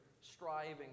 striving